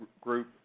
group